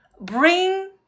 bring